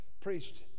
preached